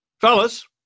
fellas